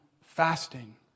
fasting